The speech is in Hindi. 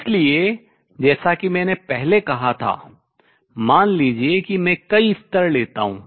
इसलिए जैसा कि मैंने पहले कहा था मान लीजिए कि मैं कई स्तर लेता हूँ